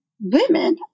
women